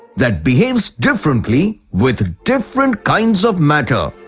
that behaves differently with different kinds of matter.